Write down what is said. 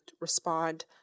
respond